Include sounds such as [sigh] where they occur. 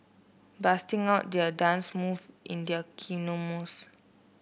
busting out their dance move in their [unintelligible]